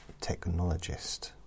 technologist